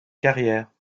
carrière